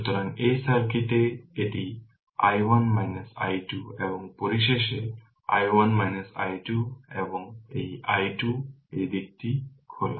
সুতরাং এই সার্কিটে এটি i1 i2 এবং পরিশেষে i1 i2 এবং এই i2 এই দিকটি খোলা